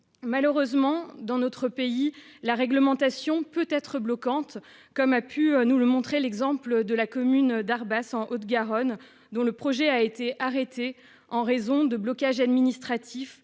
Malheureusement, dans notre pays, la réglementation peut être bloquante, comme a pu nous le montrer l'exemple de la commune d'Arbas, en Haute-Garonne, dont le projet a été arrêté en raison de blocages administratifs